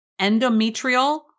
endometrial